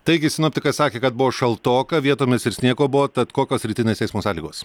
taigi sinoptikai sakė kad buvo šaltoka vietomis ir sniego buvo tad kokios rytinės eismo sąlygos